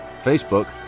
Facebook